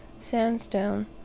sandstone